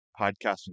podcasting